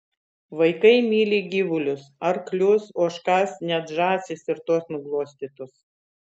vaikai myli gyvulius arklius ožkas net žąsys ir tos nuglostytos